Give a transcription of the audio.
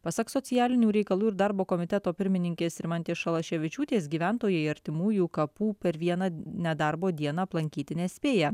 pasak socialinių reikalų ir darbo komiteto pirmininkės rimantės šalaševičiūtės gyventojai artimųjų kapų per vieną nedarbo dieną aplankyti nespėja